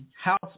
House